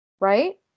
right